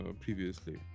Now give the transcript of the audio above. previously